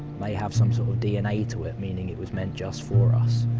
may have some sort of dna to it, meaning it was meant just for us.